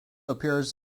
appears